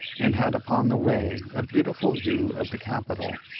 and had upon the way a beautiful view of the capitol,